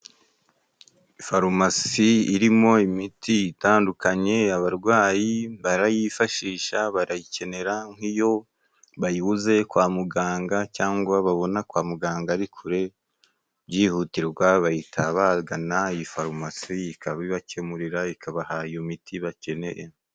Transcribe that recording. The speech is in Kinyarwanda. Farumasi irimo imiti itandukanye abarwayi barayifashisha, barayikenera nk'iyo bayibuze kwa muganga ,cyangwa babona kwa muganga ari kure byihutirwa, bahita bagana iyi farumasi ikabibakemurira ikabaha iyo miti bakeneye.